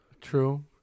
True